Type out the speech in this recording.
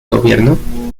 gobierno